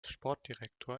sportdirektor